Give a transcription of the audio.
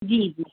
जी जी